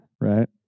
right